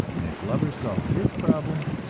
and if lovers solve this problem,